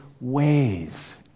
ways